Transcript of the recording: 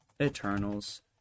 Eternals